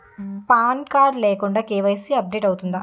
Pan card లేకుండా KYC update అవుతుందా?